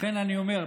לכן אני אומר,